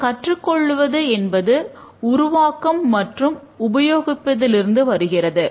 இந்த கற்றுக்கொள்வது என்பது உருவாக்கம் மற்றும் உபயோகிப்பதில் இருந்து வருகிறது